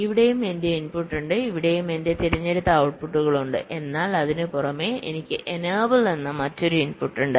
ഇവിടെയും എന്റെ ഇൻപുട്ട് ഉണ്ട് ഇവിടെയും എന്റെ തിരഞ്ഞെടുത്ത ഔട്ട്പുട്ടുകൾ ഉണ്ട് എന്നാൽ അതിനുപുറമേ എനിക്ക് എനേബിൾ എന്ന മറ്റൊരു ഇൻപുട്ട് ഉണ്ട്